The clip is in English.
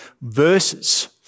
verses